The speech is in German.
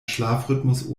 schlafrhythmus